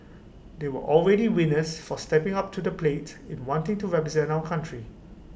they are all already winners for stepping up to the plate in wanting to represent our country